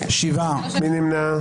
מי נמנע?